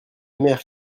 mère